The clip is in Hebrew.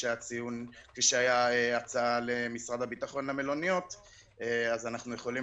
כפי שהייתה הצעה למשרד הביטחון למלוניות אז אנחנו יכולים